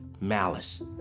malice